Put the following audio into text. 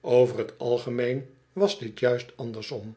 over t algemeen was dit juist andersom